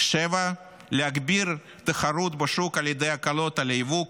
7. להגביר את התחרות בשוק על ידי הקלות על היבוא,